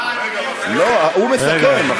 לא, הוא מסכם.